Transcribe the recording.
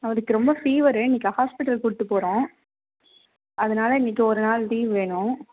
அவளுக்கு ரொம்ப ஃபீவரு இன்னக்கு ஹாஸ்பிட்டல் கூட்டு போகறோம் அதனால இன்னக்கு ஒரு நாள் லீவ் வேணும்